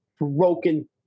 broken